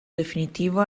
definitivo